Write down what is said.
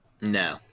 no